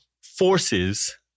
forces